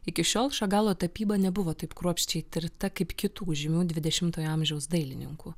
iki šiol šagalo tapyba nebuvo taip kruopščiai tirta kaip kitų žymių dvidešimtojo amžiaus dailininkų